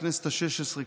בכנסת השש-עשרה,